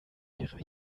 ihre